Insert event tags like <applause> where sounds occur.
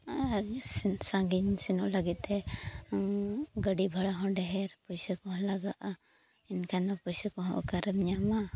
ᱟᱨ <unintelligible> ᱥᱟᱺᱜᱤᱧ ᱥᱮᱱᱚᱜ ᱞᱟᱹᱜᱤᱫᱛᱮ ᱜᱟᱹᱰᱤ ᱵᱷᱟᱲᱟᱦᱚᱸ ᱰᱷᱮᱨ ᱯᱚᱭᱥᱟ ᱠᱚᱦᱚᱸ ᱞᱟᱜᱟᱜᱼᱟ ᱮᱱᱠᱷᱟᱱ ᱫᱚ ᱯᱚᱭᱥᱟ ᱠᱚᱦᱚᱸ ᱚᱠᱟᱨᱮᱢ ᱧᱟᱢᱟ